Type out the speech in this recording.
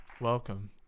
welcome